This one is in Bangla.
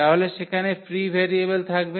তাহলে সেখানে ফ্রি ভেরিয়েবল থাকবে